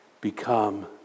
become